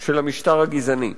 של המשטר הגזעני.